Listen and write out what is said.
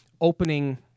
opening